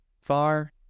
far